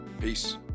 Peace